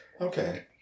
Okay